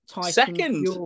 second